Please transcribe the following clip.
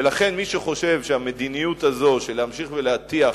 ולכן, מי שחושב שהמדיניות הזו של להמשיך ולהטיח